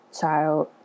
child